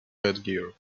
headgear